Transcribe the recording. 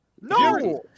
no